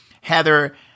Heather